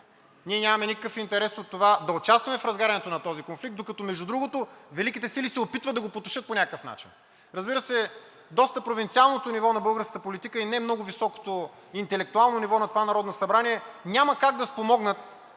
Ние нямаме никакъв интерес от това да участваме в разгарянето на този конфликт, докато, между другото, Великите сили се опитват да го потушат по някакъв начин. Разбира се, доста провинциалното ниво на българската политика и не много високото интелектуално ниво на това Народно събрание няма как да спомогнат